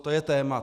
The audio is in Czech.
To je téma.